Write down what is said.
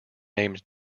named